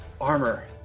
Armor